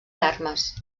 armes